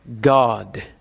God